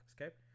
okay